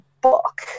book